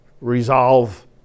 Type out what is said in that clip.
resolve